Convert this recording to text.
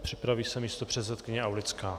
Připraví se místopředsedkyně Aulická.